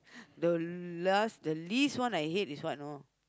the last the least one I hate is what you know